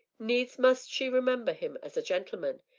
needs must she remember him as a gentleman,